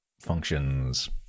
functions